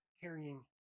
carrying